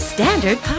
Standard